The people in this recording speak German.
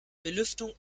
belüftung